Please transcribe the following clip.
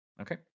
Okay